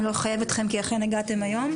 אני לא אחייב אתכם כי הגעתם לדיון היום.